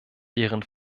deren